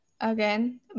again